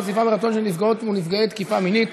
חשיפה מרצון של נפגעות ונפגעי תקיפה מינית),